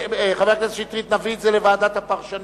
חבר הכנסת שטרית, נביא את זה לוועדת הפרשנות